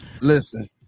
listen